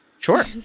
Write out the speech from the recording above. Sure